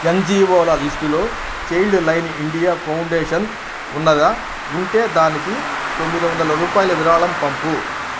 ఎన్జీఓల లిస్టులో childline India foundation ఉన్నదా ఉంటే దానికి తొమ్మిది వందల రూపాయల విరాళం పంపు